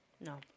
No